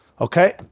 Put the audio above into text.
Okay